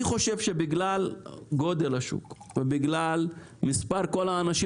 אני חושב שבגלל גודל השוק ובגלל מספר האנשים